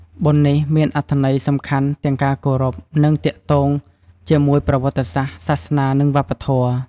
បុណ្យនេះមានអត្ថន័យសំខាន់ទាំងការគោរព និងទាក់ទងជាមួយប្រវត្តិសាស្រ្ដ សាសនា និងវប្បធម៌។